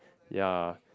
ya